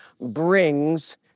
brings